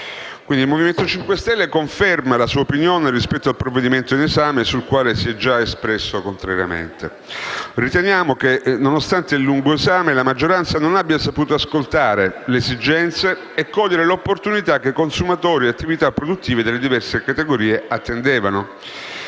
Il Movimento 5 Stelle conferma la sua opinione rispetto al provvedimento in esame sul quale si è già espresso contrariamente. Ritiene che, nonostante il lungo esame, la maggioranza non abbia saputo ascoltare le esigenze e cogliere l'opportunità che consumatori e attività produttive delle diverse categorie attendevano.